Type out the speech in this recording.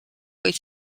vaid